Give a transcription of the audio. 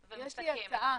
יש לי הצעה.